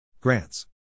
Grants